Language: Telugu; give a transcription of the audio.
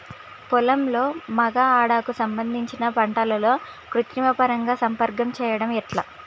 పొలంలో మగ ఆడ కు సంబంధించిన పంటలలో కృత్రిమ పరంగా సంపర్కం చెయ్యడం ఎట్ల?